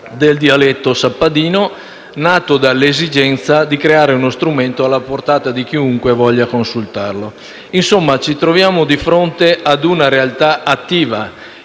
del dialetto sappadino, nato dall'esigenza di creare uno strumento alla portata di chiunque voglia consultarlo. Insomma, ci troviamo di fronte a una realtà attiva